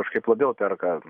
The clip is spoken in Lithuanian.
kažkaip labiau perka